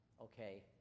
Okay